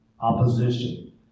opposition